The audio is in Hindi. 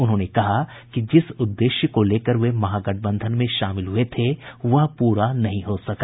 उन्होंने कहा कि जिस उद्देश्य को लेकर वे महागठबंधन में शामिल हुए थे वह पूरा नहीं हो सका